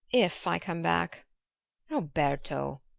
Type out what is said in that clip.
if i come back roberto!